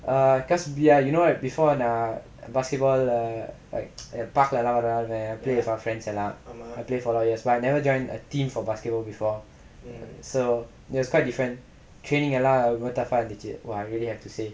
err cause you know right before err basketball park lah எல்லாம் வராலுமே:ellaam vaarlumae I play with my friends எல்லா:ellaa I play but I never join a team for basketball before so it was quite different training எல்லா ரொம்ப:ellaa romba tough இருந்துச்சு:irunthuchu !wah! I really have to say